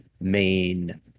main